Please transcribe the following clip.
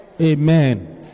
Amen